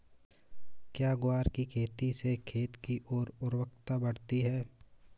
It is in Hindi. क्या ग्वार की खेती से खेत की ओर उर्वरकता बढ़ती है?